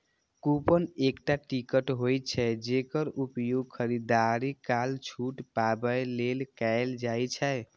coupon एकटा ticket होइ छै, जेकर उपयोग खरीदारी काल छूट पाबै लेल कैल जाइ छै